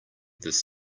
this